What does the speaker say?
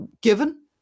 given